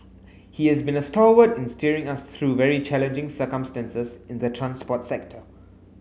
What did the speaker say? he has been a stalwart in steering us through very challenging circumstances in the transport sector